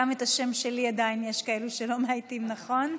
את השם שלי עדיין יש כאלה שלא מאייתים נכון.